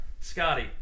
Scotty